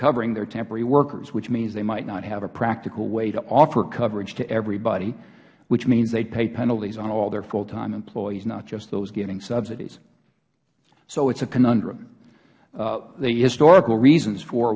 covering their temporary workers which means they might not have a practical way to offer coverage to everybody which means they would pay penalties on all their full time employees not just those getting subsidies so it is a conundrum the historical reason for